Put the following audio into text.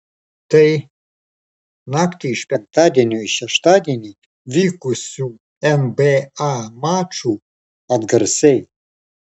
tai naktį iš penktadienio į šeštadienį vykusių nba mačų atgarsiai